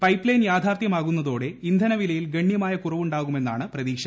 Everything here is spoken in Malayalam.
പൈപ്പ് ലൈൻ യാഥാർത്ഥ്യമാകുന്നതോടെ ഇന്ധന വിലയിൽ ഗണ്യമായ കുറവുണ്ടാകുമെന്നാണ് പ്രതീക്ഷ